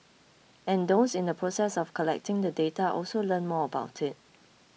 and those in the process of collecting the data also learn more about it